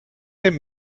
dem